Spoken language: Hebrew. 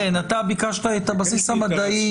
כן, אתה ביקשת את הבסיס המדעי.